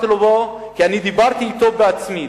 אני דיברתי אתו בעצמי,